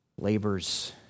labors